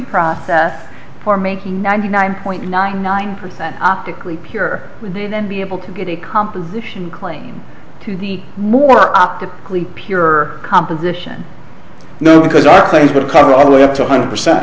process for making ninety nine point nine nine percent optically peer when they then be able to get a composition claim to be more up to clean pure composition no because our claims would cover all the way up to a hundred percent